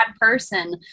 person